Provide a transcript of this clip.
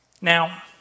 Now